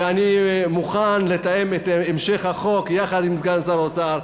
ואני מוכן לתאם את המשך חקיקת החוק יחד עם סגן שר האוצר,